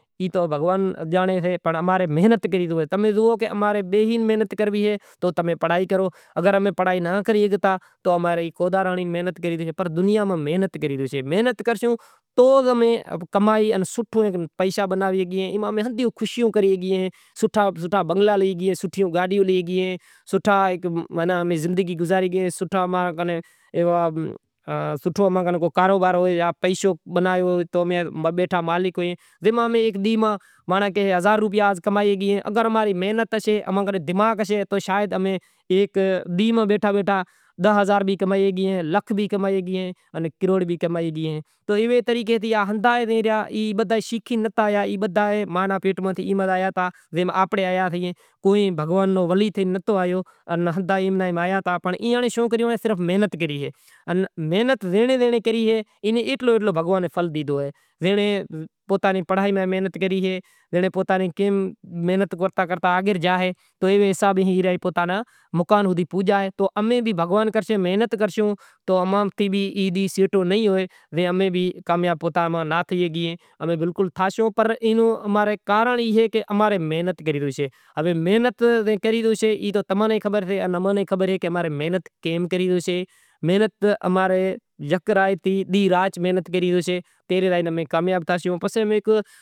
اگر امیں محنت کرنڑی اے تو امیں پڑہائی کراں، اگر امیں پڑہائی ناں کرے شگتا تو اماں نے محنت کرنڑی پڑشے۔ سوٹھا سوٹھا بنگلا لئی شگاں، سوٹھا اماں کن سوٹھو کاروبار ہائے۔ ہوے محنت کری زوشے کہ تماں نیں خبر اے اماں نے خبر اے کہ محنت ماں رے یکرائے ڈینہں رات محنت کری زوشے پہریں امیں کامیاب تھاسوں پسے امیں ایک سوٹھا سوٹھا